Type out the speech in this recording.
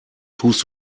tust